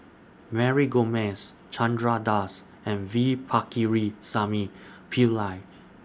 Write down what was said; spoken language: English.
Mary Gomes Chandra Das and V Pakirisamy Pillai